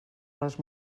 les